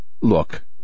look